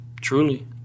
Truly